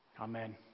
Amen